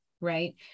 right